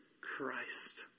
Christ